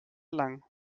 lang